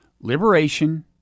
liberation